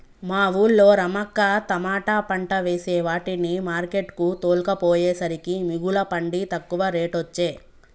మా వూళ్ళో రమక్క తమాట పంట వేసే వాటిని మార్కెట్ కు తోల్కపోయేసరికే మిగుల పండి తక్కువ రేటొచ్చె